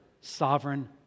sovereign